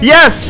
Yes